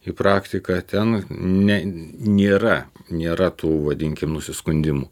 į praktiką ten ne nėra nėra tų vadinkim nusiskundimų